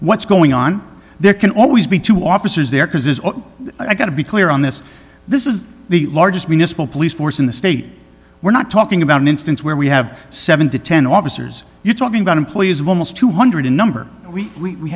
what's going on there can always be two officers there because as i got to be clear on this this is the largest municipal police force in the state we're not talking about an instance where we have seven to ten officers you're talking about employees of almost two hundred number we